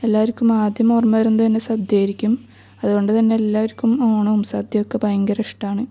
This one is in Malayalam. എല്ലാവർക്കും ആദ്യം ഓർമ്മ വരുന്നത് തന്നെ സദ്യയായിരിക്കും അതുകൊണ്ടു തന്നെ തന്നെ എല്ലാവർക്കും ഓണവും സദ്യയുമൊക്കെ ഭയങ്കര ഇഷ്ടമാണ്